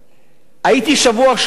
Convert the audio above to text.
הייתי בשבוע שעבר,